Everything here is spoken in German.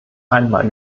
einmal